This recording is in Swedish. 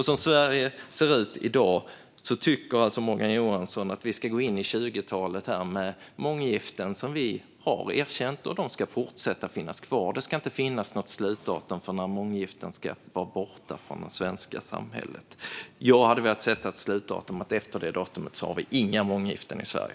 Som Sverige ser ut i dag tycker alltså Morgan Johansson att vi ska gå in i 20-talet med månggiften, som vi har erkänt, och att de ska finnas kvar - det ska inte finnas något slutdatum för när månggiften ska vara borta från det svenska samhället. Jag hade velat sätta ett slutdatum efter vilket vi inte ska ha några månggiften i Sverige.